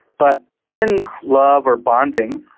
but in love or bonding,